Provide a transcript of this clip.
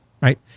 right